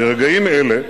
ברגעים אלה,